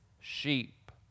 sheep